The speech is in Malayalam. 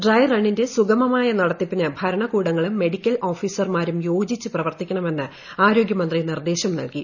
ഡ്രൈ റണ്ണിന്റെ സുഗമമായ നടത്തിപ്പിന് ഭരണകൂടങ്ങളും മെഡിക്കൽ ഓഫീസർമാരും യോജിച്ച് പ്രവർത്തിക്കണമെന്ന് ആരോഗൃമന്ത്രി നിർദ്ദേശം നൽകി